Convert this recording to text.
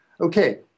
Okay